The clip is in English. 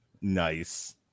Nice